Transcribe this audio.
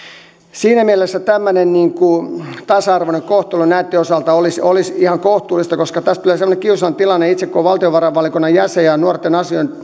siinä mielessä tämmöinen tasa arvoinen kohtelu näitten osalta olisi olisi ihan kohtuullista koska tästä tulee semmoinen kiusallinen tilanne itse kun olen valtiovarainvaliokunnan jäsen ja nuorten